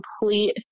complete